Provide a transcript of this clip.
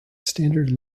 standard